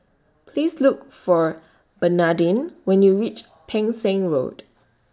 Please Look For Bernadine when YOU REACH Pang Seng Road